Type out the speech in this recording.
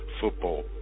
football